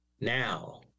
Now